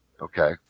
Okay